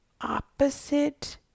opposite